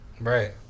Right